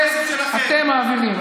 ואת הכסף הזה אתם מעבירים.